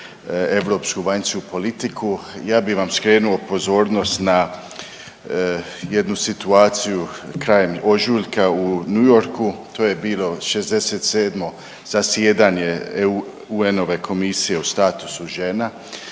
europsku vanjsku politiku. Ja bih vam skrenuo pozornost na jednu situaciju krajem ožujka u New Yorku. To je bilo 67. zasjedanje UN-ove komisije o statusu žena,